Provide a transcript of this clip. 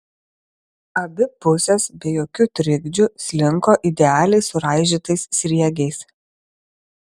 abi pusės be jokių trikdžių slinko idealiai suraižytais sriegiais